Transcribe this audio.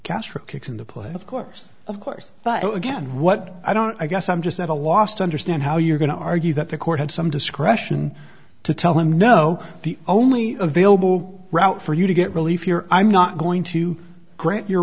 castro kicks in the play of course of course but again what i don't i guess i'm just at a loss to understand how you're going to argue that the court had some discretion to tell him no the only available route for you to get relief here i'm not going to